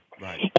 Right